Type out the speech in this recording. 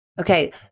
Okay